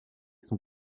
sont